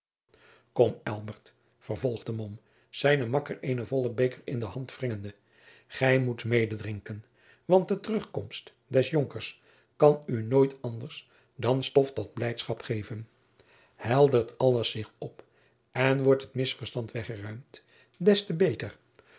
elbert vervolgde mom zijnen makker eenen vollen beker in de hand wringende gij moet mede drinken want de terugkomst des jonkers kan u nooit anders dan stof tot blijdschap geven heldert alles zich op en wordt het misverstand weggeruimd des te beter